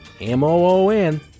M-O-O-N